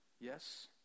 Yes